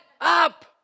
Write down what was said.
up